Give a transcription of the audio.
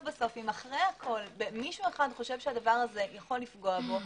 אם אחרי הכול מישהו חושב שהדבר הזה יכול לפגוע בו